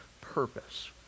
purpose